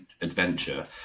adventure